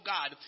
God